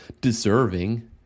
deserving